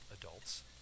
adults